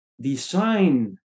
design